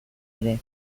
ere